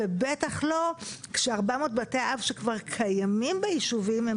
ובטח לא כש-400 בתי האב שכבר קיימים ביישובים הם